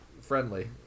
friendly